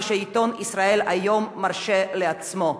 מה שהעיתון "ישראל היום" מרשה לעצמו.